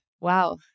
Wow